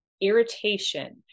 irritation